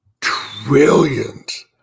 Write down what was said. trillions